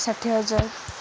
ଷାଠିଏ ହଜାର